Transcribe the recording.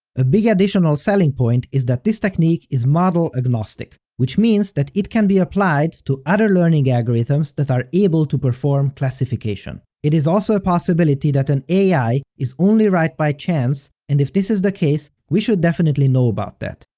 a big additional selling point is that this technique is model agnostic, which means that it can be applied to other learning algorithms that are able to perform classification. it is also a possibility that an ai is only right by chance, and if this is the case, we should definitely know about that.